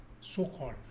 so-called